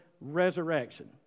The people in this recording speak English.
resurrection